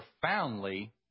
profoundly